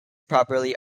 probably